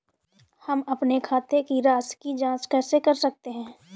हम अपने खाते की राशि की जाँच कैसे कर सकते हैं?